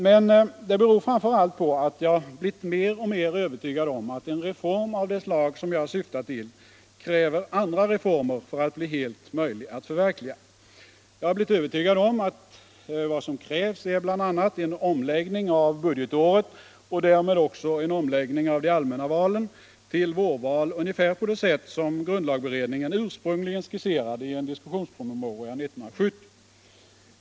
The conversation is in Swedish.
Men det beror framför allt på att jag blivit mer och mer övertygad om att en reform av det slag som jag syftar till kräver andra reformer för att bli helt möjlig att förverkliga. Jag har blivit övertygad om att vad som krävs är bl.a. en omläggning av budgetåret och därmed också en omläggning av de allmänna valen till vårval, ungefär på det sätt som grundlagberedningen ursprungligen skisserade i en diskussionspromemoria 1970.